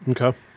okay